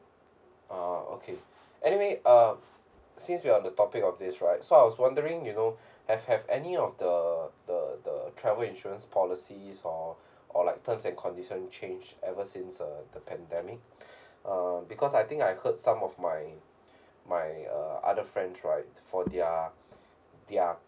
ah okay anyway um since we're on the topic of this right so I was wondering you know have have any of the the the travel insurance policy or or like terms and conditions change ever since uh the pandemic uh because I think I heard some of my my uh other friends right for their their